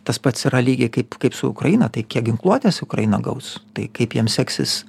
tas pats yra lygiai kaip kaip su ukraina tai kiek ginkluotės ukraina gaus tai kaip jiem seksis